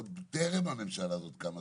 עוד טרם הממשלה הזאת קמה,